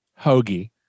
hoagie